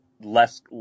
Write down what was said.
less